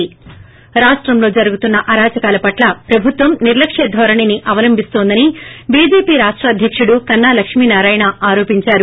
ి రాష్టంలో జరుగుతున్న అరాచకాల పట్ల ప్రభుత్వం నిర్లక్ష్య ధోరణిని అవలంబిస్తోందని బీజేపీ రాష్ట అధ్యకుడు కన్నా లక్ష్మీ నారాయణ ఆరోపించారు